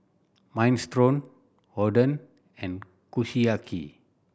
Minestrone Oden and Kushiyaki